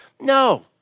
No